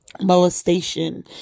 molestation